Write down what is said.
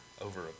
over